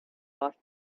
fast